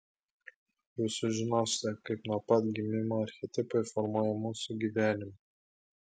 jūs sužinosite kaip nuo pat gimimo archetipai formuoja mūsų gyvenimą